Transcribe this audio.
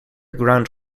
ground